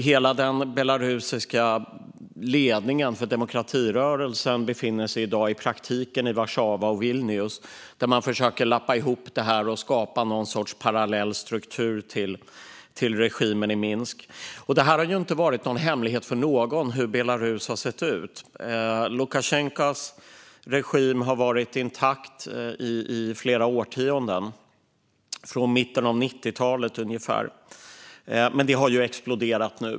Hela den belarusiska ledningen för demokratirörelsen befinner sig i dag i praktiken i Warszawa och Vilnius, där man försöker skapa någon sorts parallell struktur till regimen i Minsk. Det har inte varit någon hemlighet för någon hur det har sett ut i Belarus. Lukasjenkos regim har varit intakt i flera årtionden, sedan mitten av 90-talet ungefär, men det har exploderat nu.